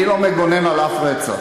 אני לא מגונן על אף רצח,